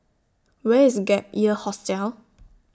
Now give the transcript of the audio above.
Where IS Gap Year Hostel